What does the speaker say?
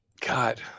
God